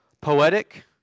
Poetic